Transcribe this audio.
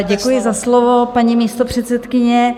Děkuji za slovo, paní místopředsedkyně.